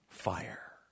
fire